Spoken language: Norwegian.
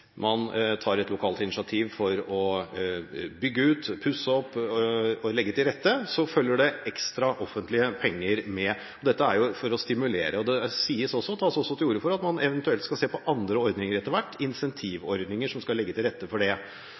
man tar et lokalt initiativ for å bygge ut, pusse opp og legge til rette, følger det ekstra offentlige penger med. Dette er for å stimulere. Det tas også til orde for at man eventuelt skal se på andre ordninger etter hvert – incentivordninger som skal legge til rette for det.